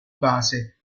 base